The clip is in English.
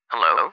Hello